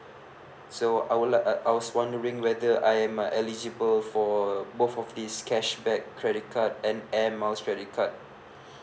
so I would like uh I was wondering whether I am uh eligible for both of these cashback credit card and air miles credit card